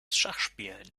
schachspielen